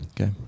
Okay